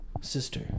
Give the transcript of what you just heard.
Sister